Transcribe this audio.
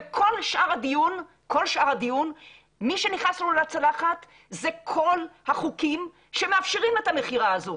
וכל שאר הדיון מי שנכנס לנו לצלחת זה כל החוקים שמאפשרים את המכירה הזו.